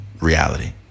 reality